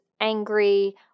angry